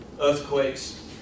earthquakes